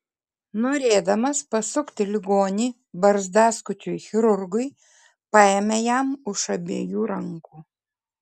norėdamas pasukti ligonį barzdaskučiui chirurgui paėmė jam už abiejų rankų